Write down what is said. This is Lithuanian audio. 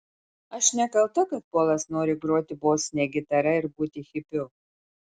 aš nekalta kad polas nori groti bosine gitara ir būti hipiu